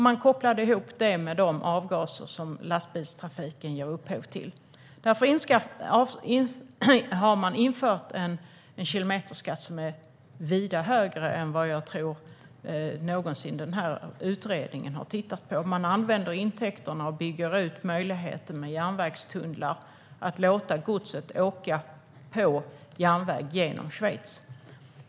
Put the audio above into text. Man kopplade ihop det med alla de avgaser som lastbilstrafiken ger upphov till. Därför införde man en kilometerskatt som är vida högre än vad jag tror att utredningen någonsin har tittat på. Man använder intäkterna för att bygga ut järnvägstunnlar så att godset kan transporteras på järnväg genom Schweiz.